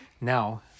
Now